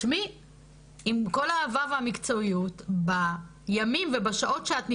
עם כל האהבה והמקצועיות, בימים ובשעות שאת נדרשת,